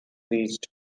reached